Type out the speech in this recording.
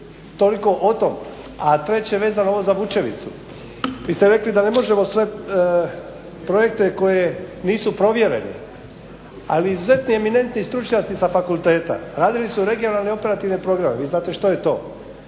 Toliko o tom. A treće vezano ovo za Vučevicu. Vi ste rekli da ne možemo sve projekte koji nisu provjereni, ali izuzetni eminentni stručnjaci sa fakulteta radili su regionalne operativne programe. Vi znate što je to.